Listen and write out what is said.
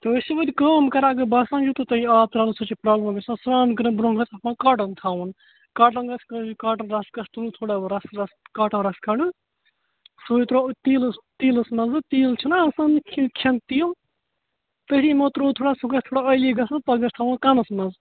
تُہۍ ٲسِوٕ کٲم کَران باسان تۄہہِ آب ترٛاونہٕ سۭتۍ چھِ پرابلِم گَژھان سرٛان کَرنہٕ برٛونٛہہ گَژھِ کاٹَن تھاوُن کاٹَنس گَژھِ کاٹَن رَژھ گَژھِ تُلٕنۍ تھوڑا رَژھ رَژھ کاٹَن رَژھ کھَنڈ سُے ترٛوو تیٖلس تیٖلَس منٛز تیٖل چھُ نا آسان کھیٚنہٕ تیٖل تٔتھی منٛز ترٛوو رژھ گَژھِ تھوڑا اویٚلی گَژھِ پَتہٕ گَژھِ تھاوُن کَنَس منٛز